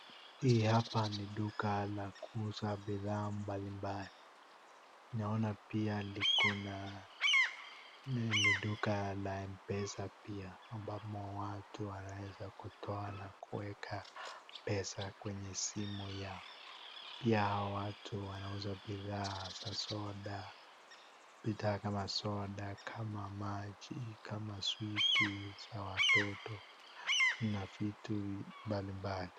Hii hapa ni duka la kuuza bidhaa mbalimbali. Naona pia liko na, ni duka la M-Pesa pia ambamo watu wanaweza kutoa na kuweka pesa kwenye simu yao. Pia hawa watu wanauza bidhaa za soda, bidhaa kama soda, kama maji, kama sweet za watoto, na vitu mbalimbali.